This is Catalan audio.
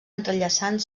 entrellaçant